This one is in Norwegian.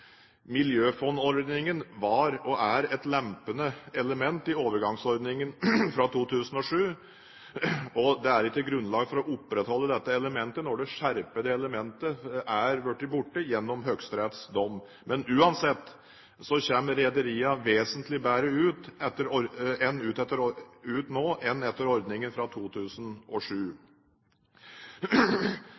var og er et lempende element i overgangsordningen fra 2007, og det er ikke grunnlag for å opprettholde dette elementet når det skjerpede elementet har blitt borte gjennom Høyesteretts dom. Men uansett så kommer rederiene vesentlig bedre ut nå enn etter